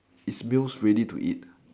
is meals ready to eat